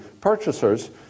purchasers